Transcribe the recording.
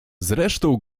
zresztą